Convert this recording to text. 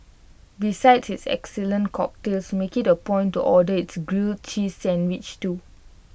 besides its excellent cocktails make IT A point to order its grilled cheese sandwich too